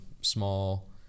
small